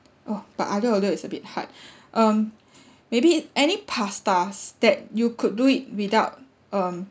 oh but aglio olio is a bit hard um maybe any pastas that you could do it without um